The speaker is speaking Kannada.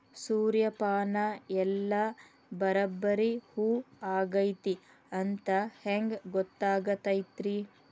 ಸೂರ್ಯಪಾನ ಎಲ್ಲ ಬರಬ್ಬರಿ ಹೂ ಆಗೈತಿ ಅಂತ ಹೆಂಗ್ ಗೊತ್ತಾಗತೈತ್ರಿ?